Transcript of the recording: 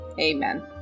amen